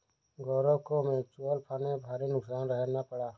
गौरव को mutual fund में भारी नुकसान सहना पड़ा